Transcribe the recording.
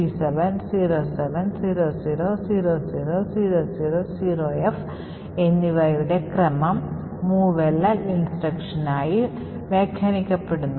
C7 07 00 00 00 0F എന്നിവയുടെ ക്രമം movl instruction ആയി വ്യാഖ്യാനിക്കപ്പെടുന്നു